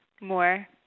more